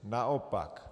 Naopak.